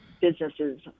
businesses